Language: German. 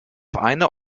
eine